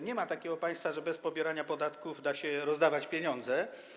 Nie ma takiego państwa, gdzie bez pobierania podatków da się rozdawać pieniądze.